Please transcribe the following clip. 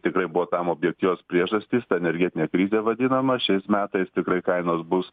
tikrai buvo tam objektyvios priežastys ta energetinė krizė vadinama šiais metais tikrai kainos bus